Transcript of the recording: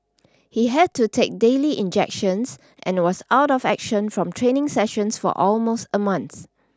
he had to take daily injections and was out of action from training sessions for almost a month